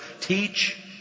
teach